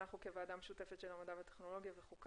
כוועדה משותפת של הוועדה למדע וטכנולוגיה וועדת